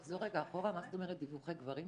יכולה לחזור רגע אחורה מה זאת אומרת דיווחי גברים?